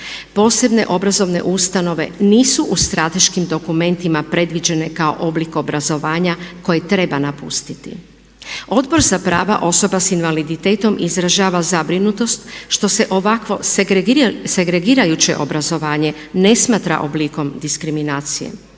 Posebne obrazovne ustanove nisu u strateškim dokumentima predviđene kao oblik obrazovanja koji treba napustiti. Odbor za prava osoba sa invaliditetom izražava zabrinutost što se ovakvo segregirajuće obrazovanje ne smatra oblikom diskriminacije.